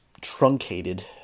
truncated